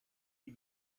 die